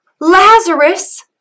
Lazarus